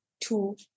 two